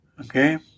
Okay